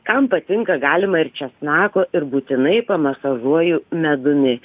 kam patinka galima ir česnako ir būtinai pamasažuoju medumi